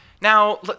Now